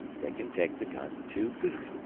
they can take the gun two feet,